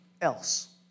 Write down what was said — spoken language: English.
else